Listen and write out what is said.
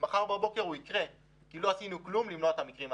מחר בבוקר הוא יקרה כי לא עשינו כלום כדי למנוע אותו.